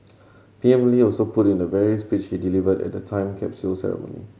P M Lee also put in the very speech he delivered at the time capsule ceremony